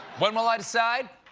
when will i decide?